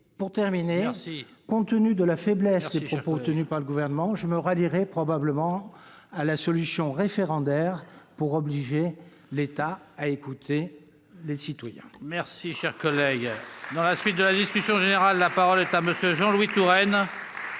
cher collègue ! Compte tenu de la faible teneur des propos du Gouvernement, je me rallierai probablement à la motion référendaire, pour obliger l'État à écouter les citoyens.